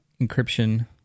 encryption